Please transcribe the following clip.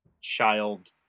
child